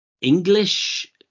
english